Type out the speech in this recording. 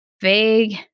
vague